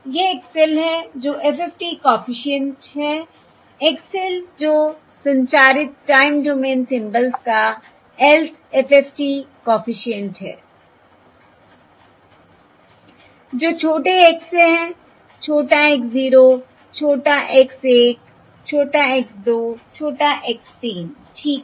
यह X l है जो FFT कॉफिशिएंट है X l जो संचारित टाइम डोमेन सिंबल्स का lth FFT कॉफिशिएंट है जो छोटे x s है छोटा x 0 छोटा x 1 छोटा x 2 छोटा x 3 ठीक है